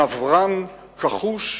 נברן כחוש,